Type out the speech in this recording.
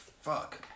fuck